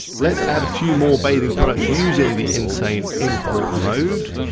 let's add a few more bathing products using the insane import mode.